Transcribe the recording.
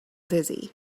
dizzy